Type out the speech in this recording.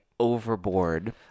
Overboard